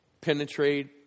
Penetrate